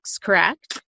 correct